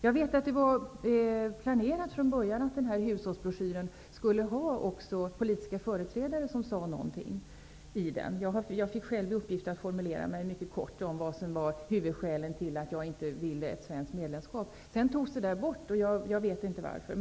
Jag vet att det från början var planerat att hushållsbroschyren skulle innehålla politiska företrädares presentation. Jag fick själv i uppgift att formulera mig mycket kort om huvudskälen till att jag inte vill ha svenskt EG medlemskap. Sedan togs detta bort. Jag vet inte varför.